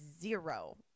zero